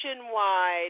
nationwide